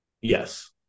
Yes